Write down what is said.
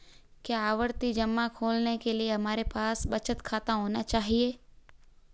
क्या आवर्ती जमा खोलने के लिए हमारे पास बचत खाता होना चाहिए?